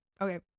Okay